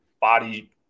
body